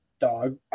Dog